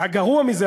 והגרוע מזה,